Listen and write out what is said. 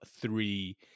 three